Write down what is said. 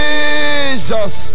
Jesus